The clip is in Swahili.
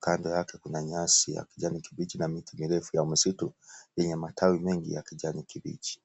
kando yake kuna nyasi ya kijani kibichi na miti mirefu ya yenye matawi ya rangi ya kijani kibichi.